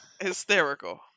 hysterical